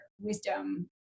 wisdom